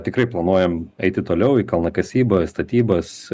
tikrai planuojam eiti toliau į kalnakasybą į statybas